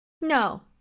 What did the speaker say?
No